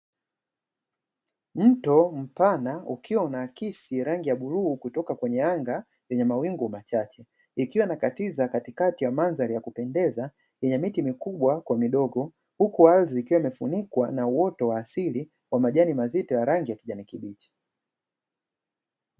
Mto mpana ukiwaunaakisi rangi ya bluu kutoka kwenye anga lenye mawingu machache, ikiwa imekatiza katikati ya mandhari ya kupendeza yenye miti mikubwa kwa midogo, huku ardhi ikiwa imefunikwa na uoto wa asili wa majani mazito ya rangi ya kijani kibichi.